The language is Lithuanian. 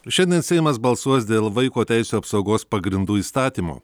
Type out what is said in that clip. šiandien seimas balsuos dėl vaiko teisių apsaugos pagrindų įstatymo